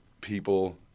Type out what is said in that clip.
people